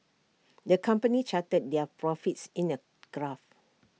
the company charted their profits in A graph